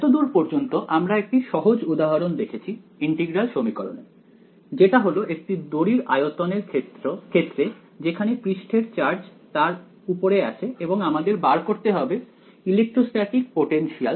এতদূর পর্যন্ত আমরা একটি সহজ উদাহরণ দেখেছি ইন্টিগ্রাল সমীকরণের যেটা হলো একটি দড়ির আয়তন এর ক্ষেত্রে যেখানে পৃষ্ঠের চার্জ তার উপরে আছে এবং আমাদের বার করতে হবে ইলেকট্রস্ট্যাটিক পোটেনশিয়াল